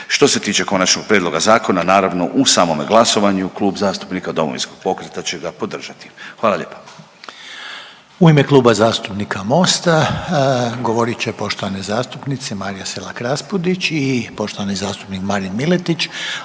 Što se tiče Konačnog prijedloga zakona naravno, u samome glasovanju Klub zastupnika Domovinskog pokreta će ga podržati. Hvala lijepa. **Reiner, Željko (HDZ)** U ime Kluba zastupnika Mosta, govorit će poštovane zastupnice Marija Selak Raspudić i poštovani zastupnik Marin Miletić,